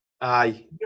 Aye